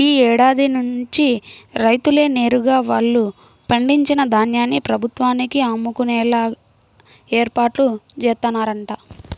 యీ ఏడాది నుంచి రైతులే నేరుగా వాళ్ళు పండించిన ధాన్యాన్ని ప్రభుత్వానికి అమ్ముకునేలా ఏర్పాట్లు జేత్తన్నరంట